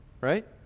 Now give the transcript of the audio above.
right